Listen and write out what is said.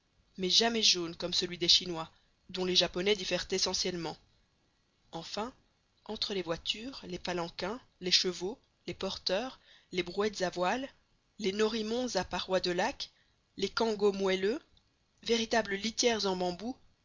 mais jamais jaune comme celui des chinois dont les japonais différent essentiellement enfin entre les voitures les palanquins les chevaux les porteurs les brouettes à voile les norimons à parois de laque les cangos moelleux véritables litières en bambou